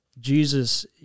Jesus